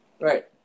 Right